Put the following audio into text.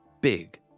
Big